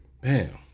Bam